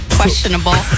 questionable